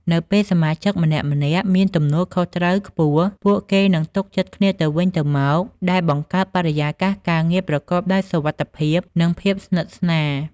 នៅពេលសមាជិកម្នាក់ៗមានទំនួលខុសត្រូវខ្ពស់ ពួកគេនឹងទុកចិត្តគ្នាទៅវិញទៅមក ដែលបង្កើតបរិយាកាសការងារប្រកបដោយសុវត្ថិភាព និងភាពស្និទ្ធស្នាល។